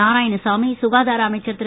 நாராயணசாமி சுகாதார அமைச்சர் திரு